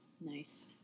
Nice